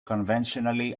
conventionally